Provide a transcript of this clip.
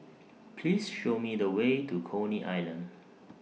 Please Show Me The Way to Coney Island